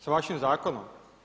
S vašim zakonom?